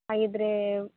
ಹಾಗಿದ್ದರೆ